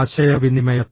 ആശയവിനിമയത്തിൽ